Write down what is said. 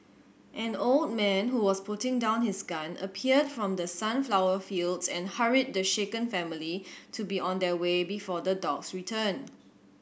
an old man who was putting down his gun appeared from the sunflower fields and hurried the shaken family to be on their way before the dogs return